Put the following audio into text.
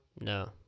No